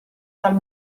dal